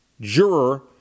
juror